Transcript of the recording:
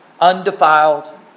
Undefiled